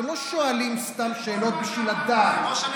אתם לא שואלים סתם שאלות בשביל לדעת,